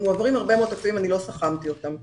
מועברים הרבה מאוד תקציבים אבל אני לא סכמתי אותם.